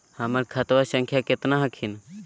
हमर खतवा संख्या केतना हखिन?